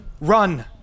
Run